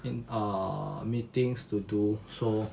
in err meetings to do so